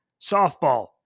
softball